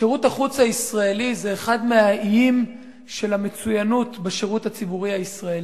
שירות החוץ הישראלי זה אחד מהאיים של המצוינות בשירות הציבורי הישראלי.